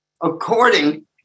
According